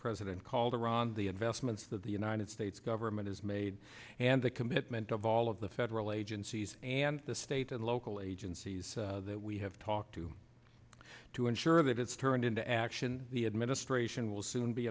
president calderon the investments that the united states government has made and the commitment of all of the federal agencies and the state and local agencies that we have talked to to ensure that it's turned into action the administration will soon be